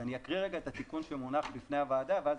אני אקריא את התיקון שמונח בפני הוועדה ואז